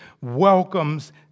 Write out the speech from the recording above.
welcomes